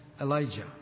Elijah